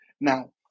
Now